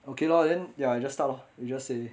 okay lor then ya you just start loh you just say